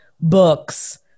books